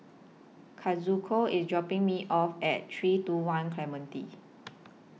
Kazuko IS dropping Me off At three two one Clementi